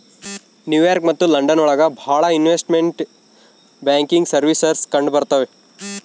new York ಮತ್ತು London ಒಳಗ ಭಾಳ ಇನ್ವೆಸ್ಟ್ಮೆಂಟ್ ಬ್ಯಾಂಕಿಂಗ್ ಸರ್ವೀಸಸ್ ಕಂಡುಬರ್ತವೆ